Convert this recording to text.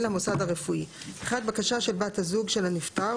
המוסד הרפואי: (1) בקשה של הזוג של הנפטר,